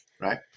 Right